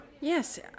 Yes